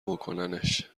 بکننش